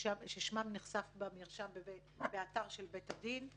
ששמם נחשף במרשם באתר של בית הדין.